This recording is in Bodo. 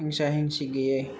हिंसा हिंसि गैयै